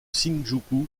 shinjuku